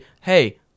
hey